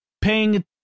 paying